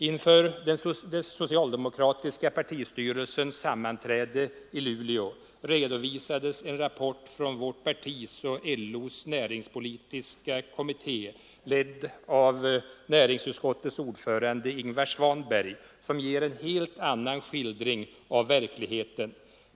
På den socialdemokratiska partistyrelsens sammanträde i Luleå redovisades en rapport från vårt partis och LO:s näringspolitiska kommitté, ledd av näringsutskottets ordförande Ingvar Svanberg. Den ger en helt annan skildring av verkligheten.